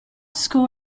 school